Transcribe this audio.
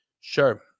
Sure